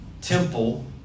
temple